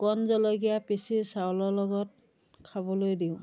কণ জলকীয়া পিচি চাউলৰ লগত খাবলৈ দিওঁ